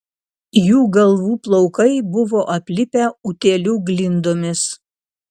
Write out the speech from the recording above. jų galvų plaukai buvo aplipę utėlių glindomis